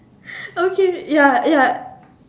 okay ya ya